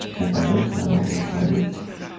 and i wrote my um with my lips.